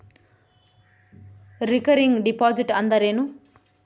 Recurring deposit ಅಂದರೇನು?